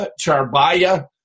Charbaya